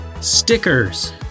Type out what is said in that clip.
stickers